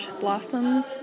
blossoms